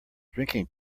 drinking